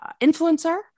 influencer